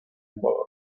ecuador